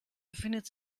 befindet